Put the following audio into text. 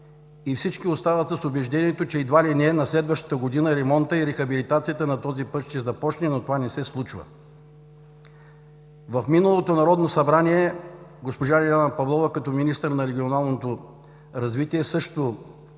и всички остават за убеждението, че едва ли не на следващата година ремонтът и рехабилитацията на този път ще започнат, но това не се случва. В миналото Народно събрание госпожа Лиляна Павлова като министър на регионалното развитие и